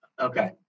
Okay